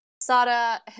Sada